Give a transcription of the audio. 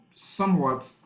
somewhat